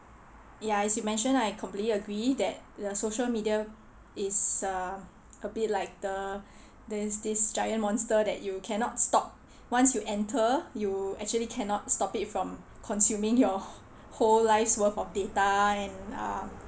ya as you mention I completely agree that the social media is uh a bit like the this giant monster that you cannot stop once you enter you actually cannot stop it from consuming your whole life's worth of data and uh